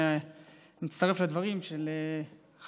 אני מצטרף לדברים של חברתי